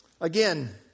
Again